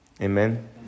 Amen